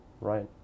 Right